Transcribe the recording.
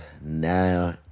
now